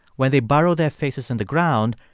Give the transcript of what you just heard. when they burrow their faces in the ground,